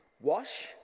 Wash